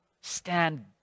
stand